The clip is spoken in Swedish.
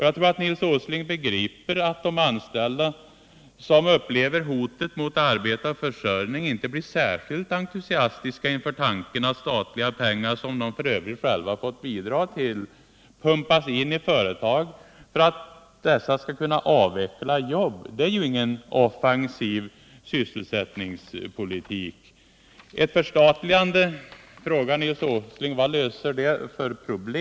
Jag tror att Nils Åsling begriper att de anställda, som upplever hotet mot arbete och försörjning, inte blir särskilt entusiastiska inför tanken att statliga pengar — som de f. ö. själva fått bidra med — pumpas in i företag för att dessa skall kunna avveckla jobb. Det innebär ju ingen offensiv sysselsättningspolitik. Nils Åsling frågade också vilka problem som skulle lösas genom ett förstatligande.